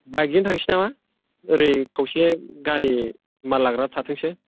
बाइकजों थांसै नामा ओरै खावसे गारि माल लाग्रा थाथोंसै